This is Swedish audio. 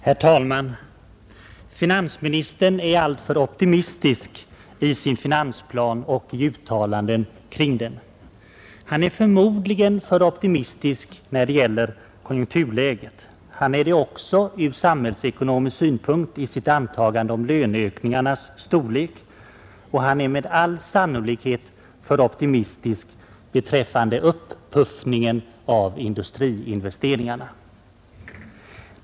Herr talman! Finansministern är alltför optimistisk i sin finansplan och i uttalandena kring den. Han är förmodligen för optimistisk när det gäller konjunkturläget, han är det också ur samhällsekonomisk synpunkt i sitt antagande om löneökningarnas storlek, och han är med all sannolikhet för optimistisk beträffande upp-puffningen av industriinvesteringarna.